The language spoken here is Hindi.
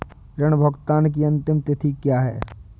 ऋण भुगतान की अंतिम तिथि क्या है?